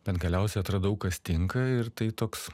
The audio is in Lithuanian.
bet galiausiai atradau kas tinka ir tai toks